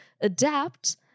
adapt